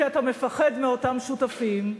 כי אתה מפחד מאותם שותפים.